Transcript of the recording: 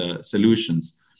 solutions